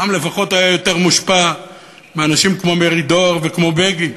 פעם לפחות הוא היה מושפע יותר מאנשים כמו מרידור וכמו בגין.